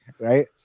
right